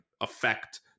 affect